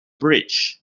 bridge